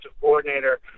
coordinator